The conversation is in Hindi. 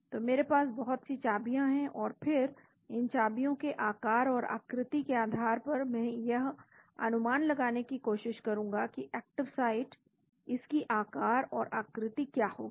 तो मेरे पास बहुत सी चाबियां हैं और फिर इन चाबियों के आकार और आकृति के आधार पर मैं यह अनुमान लगाने की कोशिश करूंगा कि एक्टिव साइट इस की आकार और आकृति क्या होगी